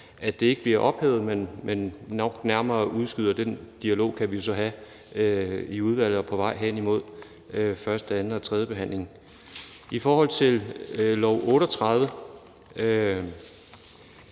at den ikke bliver ophævet, men at vi nok nærmere udskyder den dialog, som vi så kan have i udvalget på vej hen mod første-, anden- og tredjebehandlingen. I forhold til L 38